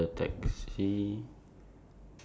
uh not much I circled mine